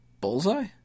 Bullseye